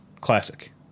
Classic